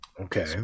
Okay